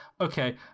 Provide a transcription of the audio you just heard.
Okay